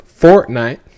Fortnite